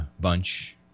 bunch